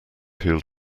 healed